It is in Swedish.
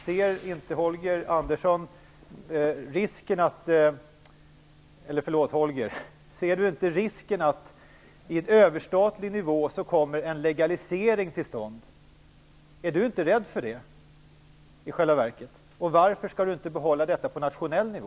Ser inte Holger Gustafsson risken för att en legalisering kommer till stånd med en överstatlig nivå? Är han inte rädd för det? Varför vill inte kristdemokraterna behålla detta på en nationell nivå?